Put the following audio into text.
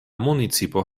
municipo